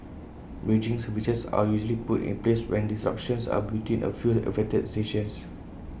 bridging services are usually put in place when disruptions are between A few affected stations